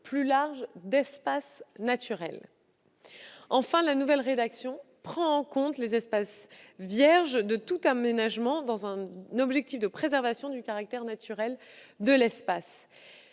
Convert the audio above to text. plus large, d'espace naturel. Enfin, cette nouvelle rédaction prendrait en compte les espaces restés vierges de tout aménagement dans un objectif de préservation du caractère naturel de l'espace.